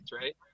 right